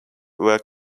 were